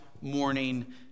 morning